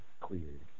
cleared